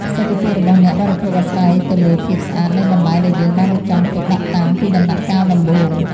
សុខភាពរបស់អ្នកបរិភោគអាស្រ័យទៅលើភាពស្អាតនៃបន្លែដែលយើងបានរៀបចំទុកដាក់តាំងពីដំណាក់កាលដំបូង។